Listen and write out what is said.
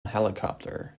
helicopter